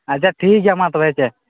ᱟᱪᱪᱷᱟ ᱴᱷᱤᱠ ᱜᱮᱭᱟ ᱢᱟᱛᱚᱵᱮ ᱦᱮᱥᱮ